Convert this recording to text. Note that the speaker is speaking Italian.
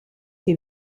che